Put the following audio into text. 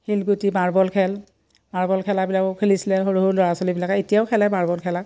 শিলগুটি মাৰ্বল খেল মাৰ্বল খেলাবিলাকো খেলিছিলে সৰু সৰু ল'ৰা ছোৱালীবিলাক এতিয়াও খেলে মাৰ্বল খেলা